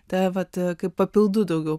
papildų daugiau